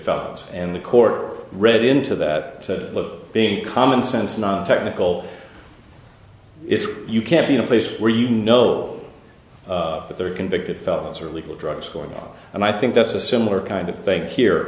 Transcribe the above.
felons and the core read into that being commonsense nontechnical if you can't be in a place where you know that there are convicted felons or illegal drugs going off and i think that's a similar kind of bank here